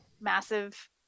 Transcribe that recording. massive